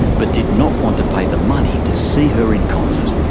but did not want to pay the money to see her in concert.